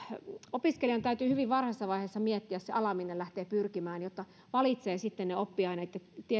opiskelijan täytyy hyvin varhaisessa vaiheessa miettiä se ala minne lähtee pyrkimään jotta valitsee sitten ne tietyt oppiaineet